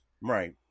Right